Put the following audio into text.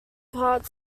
part